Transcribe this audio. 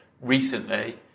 recently